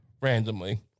randomly